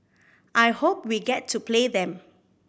I hope we get to play them